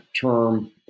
term